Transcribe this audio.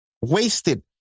wasted